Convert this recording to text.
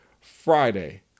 Friday